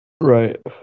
Right